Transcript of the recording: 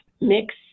mix